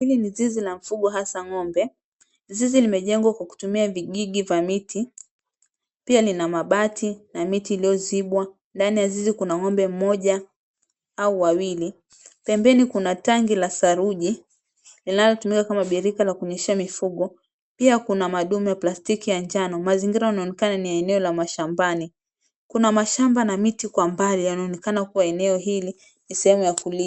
Hili ni zizi la mfugo hasa ng'ombe. Zizi limejengwa kwa kutumia vigigi vya mti. Pia lina mabati na miti iliozibwa. Ndani ya zizi kuna ng'ombe mmoja au wawili. Pembeni kuna tangi la saruji linalotumika kama birika la kunyeshea mifugo. Pia kuna madume, plastiki ya njano. Mazingira yanaonekana ni eneo la mashambani. Kuna mashamba na miti kwa umbali inaonekana kwa eneo hili ni sehemu ya kuli.